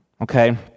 Okay